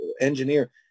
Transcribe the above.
engineer